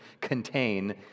contain